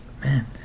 man